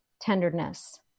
tenderness